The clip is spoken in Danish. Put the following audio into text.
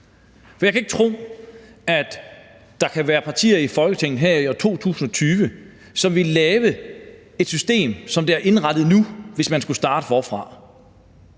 jeg kan ikke tro, at der kan være partier i Folketinget her i år 2020, som ville lave et system, sådan som det er indrettet nu, hvis man skulle starte forfra.